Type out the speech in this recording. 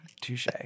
Touche